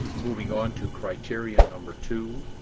moving on to criterion number two,